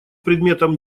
предметом